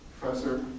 Professor